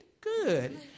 good